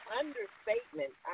understatement